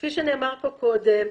כפי שנאמר פה קודם,